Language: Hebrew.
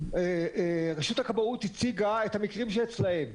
רשות הכבאות הציגה את המקרים שאצלם.